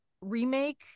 remake